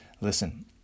Listen